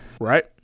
right